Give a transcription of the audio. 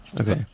okay